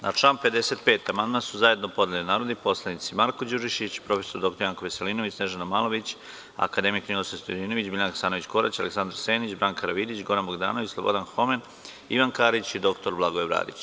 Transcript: Na član 55. amandman su zajedno podneli narodni poslanici Marko Đurišić, prof. dr Janko Veselinović, Snežana Malović, akademik Ninoslav Stojadinović, Biljana Hasanović Korać, Aleksandar Senić, Branka Karavidić, Goran Bogdanović, Slobodan Homen, Ivan Karić i dr Blagoje Bradić.